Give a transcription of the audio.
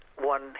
one